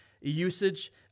usage